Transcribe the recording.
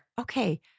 okay